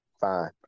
fine